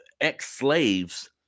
ex-slaves